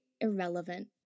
irrelevant